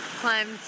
climbed